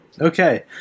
Okay